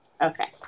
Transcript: Okay